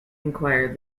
inquired